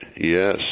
Yes